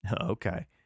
Okay